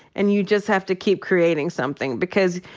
and you just have to keep creating something. because,